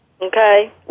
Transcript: okay